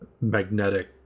magnetic